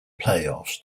playoffs